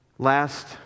Last